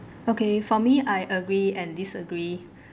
okay for me I agree and disagree